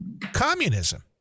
communism